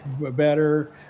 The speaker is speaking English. better